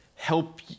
help